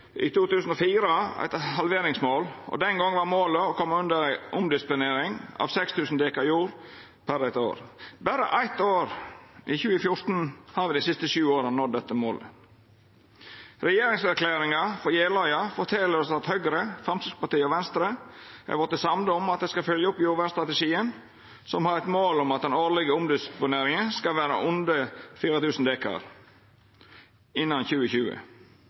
i 2004 eit halveringsmål, og den gongen var målet å koma under 6 000 dekar med omdisponert jord per år. Berre eitt år, i 2014, har me dei siste 20 åra nådd dette målet. Regjeringserklæringa frå Jeløya fortel oss at Høgre, Framstegspartiet og Venstre har vorte samde om at ein skal følgja opp jordvernstrategien, som har eit mål om at det årleg skal verta omdisponert under 4 000 dekar innan 2020.